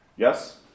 Yes